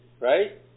right